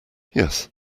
yes